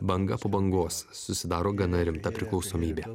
banga po bangos susidaro gana rimta priklausomybė